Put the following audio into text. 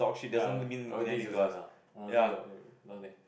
ya all this useless lah honestly no there